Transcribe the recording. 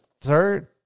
third